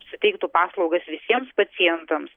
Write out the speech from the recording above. suteiktų paslaugas visiems pacientams